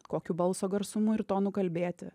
kokiu balso garsumu ir tonu kalbėti